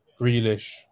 Grealish